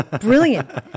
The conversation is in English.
Brilliant